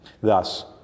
Thus